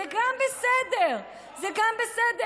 גם זה בסדר, גם זה בסדר.